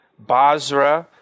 Basra